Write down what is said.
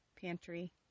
pantry